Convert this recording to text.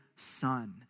Son